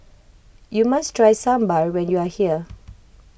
you must try Sambar when you are here